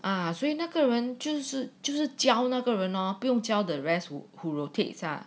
啊所以那个人君子就是教那个人 lor 不用教 the rest lah who rotate ah